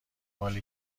مال